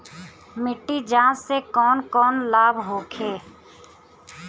मिट्टी जाँच से कौन कौनलाभ होखे?